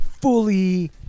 fully